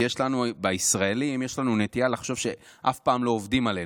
כי לנו הישראלים יש נטייה לחשוב שאף פעם לא עובדים עלינו,